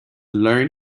learn